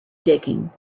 digging